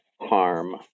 harm